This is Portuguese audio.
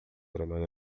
gramado